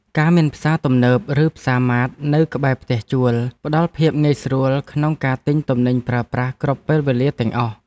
ការមានផ្សារទំនើបឬផ្សារម៉ាតនៅក្បែរផ្ទះជួលផ្តល់ភាពងាយស្រួលក្នុងការទិញទំនិញប្រើប្រាស់គ្រប់ពេលវេលាទាំងអស់។